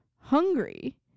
hungry